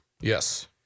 Yes